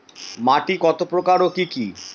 মাটি কতপ্রকার ও কি কী?